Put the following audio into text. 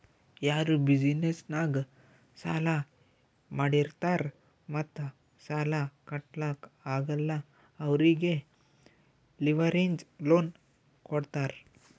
ಯಾರು ಬಿಸಿನೆಸ್ ನಾಗ್ ಸಾಲಾ ಮಾಡಿರ್ತಾರ್ ಮತ್ತ ಸಾಲಾ ಕಟ್ಲಾಕ್ ಆಗಲ್ಲ ಅವ್ರಿಗೆ ಲಿವರೇಜ್ ಲೋನ್ ಕೊಡ್ತಾರ್